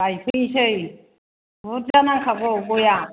गायफैसै बुरजा नांखागौ गयआ